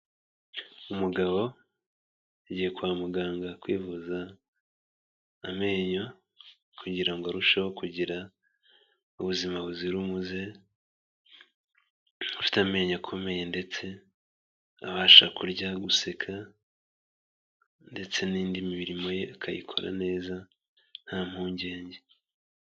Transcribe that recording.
Umugabo yagiye kwa muganga kwivuza amenyo kugira ngo arusheho kugira ubuzima buzira umuze, ufite amenyo akomeye ndetse abasha kurya, guseka ndetse n'indi mi mirimo ye akayikora neza nta mpungenge.